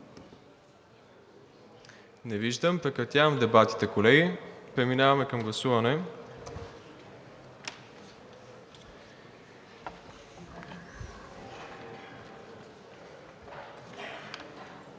Не виждам. Прекратявам дебатите, колеги. Преминаваме към гласуване.